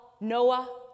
Noah